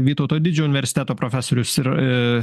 vytauto didžiojo universiteto profesorius ir į